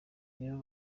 nibo